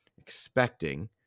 expecting